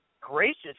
gracious